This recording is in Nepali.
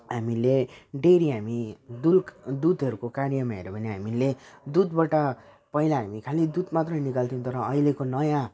हामीले डेरी हामी दुल्क दुधहरूको कार्यमा हेर्यौँ भने हामीले दुधबाट पहिला हामी खालि दुध मात्रै निकाल्थ्यौँ तर अहिलेको नयाँ